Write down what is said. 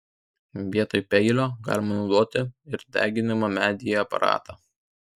vietoj peilio galima naudoti ir deginimo medyje aparatą